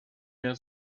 mehr